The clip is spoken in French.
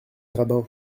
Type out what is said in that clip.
rabin